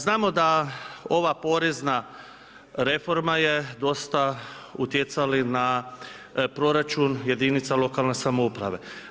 Znamo da ova porezna reforma je dosta utjecali na proračun jedinica lokalne samouprave.